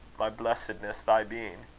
my blessedness thy being